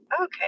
okay